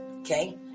Okay